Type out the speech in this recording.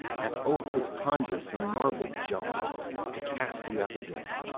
hath op'd his ponderous and marble jaws to cast thee up again!